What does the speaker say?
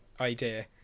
idea